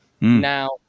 Now